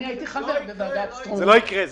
אני הייתי חבר בוועדת שטרום --- זה לא יקרה,